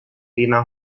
lena